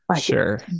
Sure